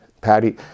Patty